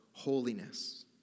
holiness